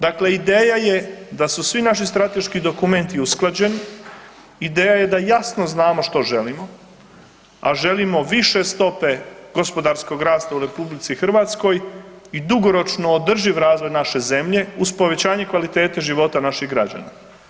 Dakle, ideja je da su svi naši strateški dokumenti usklađeni, ideja je da jasno znamo što želimo, a želimo više stope gospodarskog rasta u RH i dugoročno održiv razvoj naše zemlje uz povećanje kvalitete života naših građana.